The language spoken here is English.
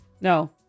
No